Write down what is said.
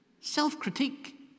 Self-critique